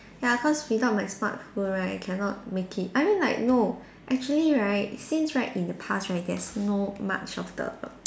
ya cause without my smartphone right I cannot make it I mean like no actually right since right in the past right there's no much of the